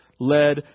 led